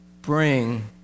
Bring